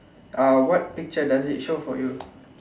uh what picture does it show for you